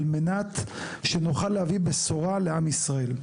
על מנת להביא בשורה לעם ישראל.